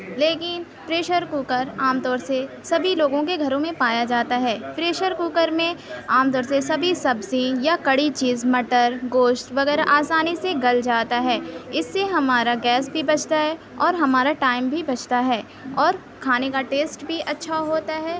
لکین pressure cooker عام طور سے سبھی لوگوں کے گھروں میں پایا جاتا ہے پریشر کوکر میں عام طور سے سبھی سبزی یا کڑی چیز مٹر گوشت وغیرہ آسانی سے گل جاتا ہے اِس سے ہمارا گیس بھی بچتا ہے اور ہمارا ٹائم بھی بچتا ہے اور کھانے کا ٹیسٹ بھی اچھا ہوتا ہے